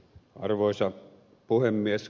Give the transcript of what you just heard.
arvoisa puhemies